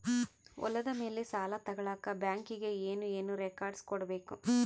ಹೊಲದ ಮೇಲೆ ಸಾಲ ತಗಳಕ ಬ್ಯಾಂಕಿಗೆ ಏನು ಏನು ರೆಕಾರ್ಡ್ಸ್ ಕೊಡಬೇಕು?